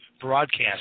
broadcast